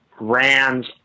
Rams